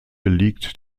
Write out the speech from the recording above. liegt